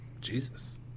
Jesus